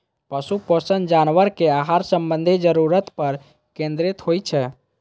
पशु पोषण जानवरक आहार संबंधी जरूरत पर केंद्रित होइ छै